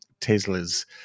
Tesla's